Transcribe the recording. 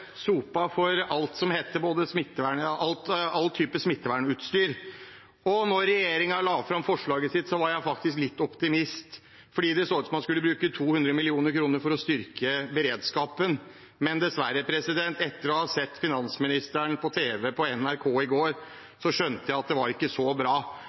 for alle typer smittevernutstyr. Da regjeringen la fram forslaget sitt, var jeg faktisk litt optimist, fordi det så ut som at man skulle bruke 200 mill. kr for å styrke beredskapen. Men dessverre, etter å ha sett finansministeren på tv, på NRK, i går skjønte jeg at det ikke var så bra.